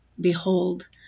behold